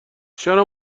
چرا